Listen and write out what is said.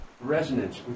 Resonance